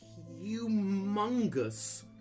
humongous